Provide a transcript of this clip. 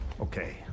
Okay